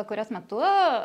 kurios metu